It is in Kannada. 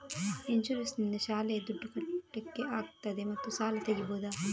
ಇನ್ಸೂರೆನ್ಸ್ ನಿಂದ ಶಾಲೆಯ ದುಡ್ದು ಕಟ್ಲಿಕ್ಕೆ ಆಗ್ತದಾ ಮತ್ತು ಸಾಲ ತೆಗಿಬಹುದಾ?